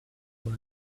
boy